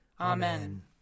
Amen